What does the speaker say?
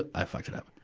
i fucked it up.